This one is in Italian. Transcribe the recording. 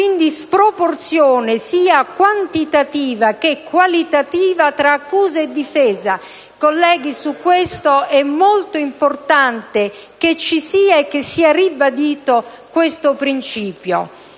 una sproporzione sia quantitativa che qualitativa tra accusa e difesa. Colleghi, è molto importante che sia ribadito questo principio.